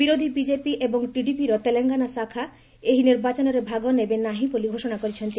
ବିରୋଧି ବିଜେପି ଏବଂ ଟିଡିପିର ତେଲଙ୍ଗାନା ଶାଖା ଏହି ନିର୍ବାଚନରେ ଭାଗ ନେବେ ନାହିଁ ବୋଲି ଘୋଷଣା କରିଛନ୍ତି